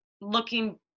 looking